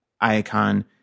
icon